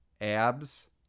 abs